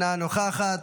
אינה נוכחת,